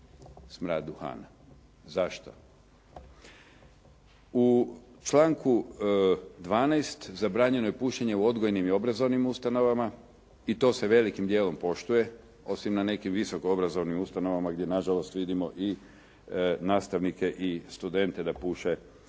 smrad duhana. Zašto? U članku 12. zabranjeno je pušenje u odgojnim i obrazovnim ustanovama i to se velikim dijelom poštuje, osim na nekim visoko obrazovnim ustanovama gdje na žalost vidimo i nastavnike i studente da puše u